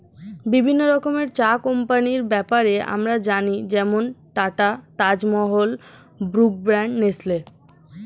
বিভিন্ন রকমের চা কোম্পানির ব্যাপারে আমরা জানি যেমন Tata, Taj Mahal, Brooke Bond, Nestle